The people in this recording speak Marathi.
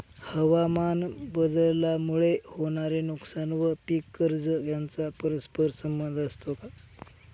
हवामानबदलामुळे होणारे नुकसान व पीक कर्ज यांचा परस्पर संबंध असतो का?